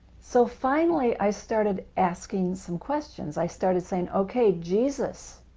so finally i started asking some questions, i started saying, okay, jesus,